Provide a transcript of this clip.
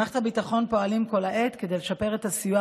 במערכת הביטחון פועלים כל העת כדי לשפר את הסיוע